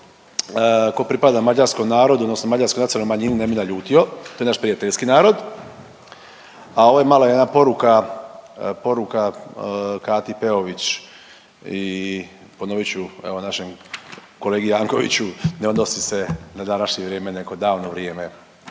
tko pripada mađarskom narodu odnosno mađarskoj nacionalnoj manjini ne bi naljutio, to je naš prijateljski narod, a ovo je malo jedna poruka, poruka Kati Peović i ponovit ću našem kolegi Jankoviću ne odnosi se na današnje vrijeme neko davno vrijeme.